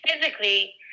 physically